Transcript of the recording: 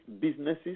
businesses